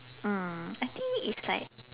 mm I think it's like